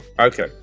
Okay